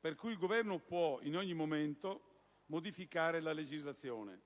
per cui il Governo può in ogni momento modificare la legislazione.